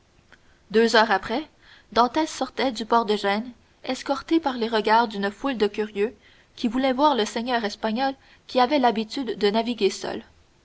deux heures après dantès sortait du port de gênes escorté par les regards d'une foule de curieux qui voulaient voir le seigneur espagnol qui avait l'habitude de naviguer seul